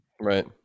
Right